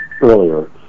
earlier